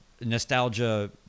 nostalgia